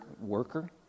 worker